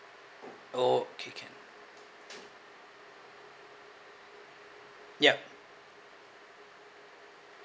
okay can ya